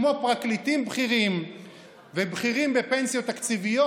כמו פרקליטים בכירים ובכירים בפנסיות תקציביות.